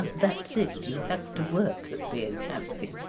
that's it, you have to work at being happy